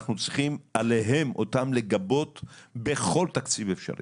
אנחנו צריכים לגבות אותם בכל תקציב אפשרי.